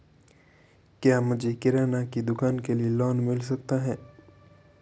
क्या मुझे किराना की दुकान के लिए लोंन मिल सकता है?